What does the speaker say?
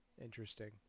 interesting